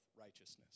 righteousness